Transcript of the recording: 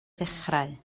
ddechrau